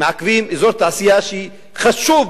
מעכבים אזור תעשייה חשוב,